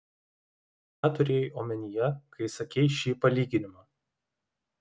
ką turėjai omenyje kai sakei šį palyginimą